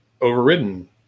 overridden